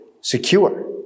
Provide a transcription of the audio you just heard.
secure